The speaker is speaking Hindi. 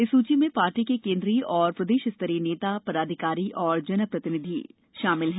इस सूची में पार्टी के केंद्रीय एवं प्रदेश स्तरीय नेता पदाधिकारी और जनप्रतिनिधि शामिल हैं